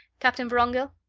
captain vorongil?